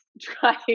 trying